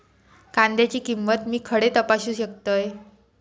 कांद्याची किंमत मी खडे तपासू शकतय?